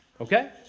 Okay